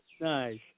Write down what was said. Nice